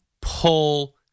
pull